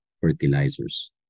fertilizers